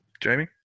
Jamie